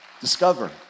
discover